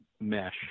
mesh